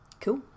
Cool